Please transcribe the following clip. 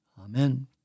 Amen